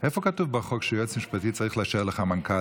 איפה כתוב בחוק שיועץ משפטי צריך לאשר לך מנכ"ל?